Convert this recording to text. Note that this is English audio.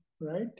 right